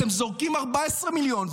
אתם זורקים 14 מיליונים,